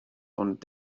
und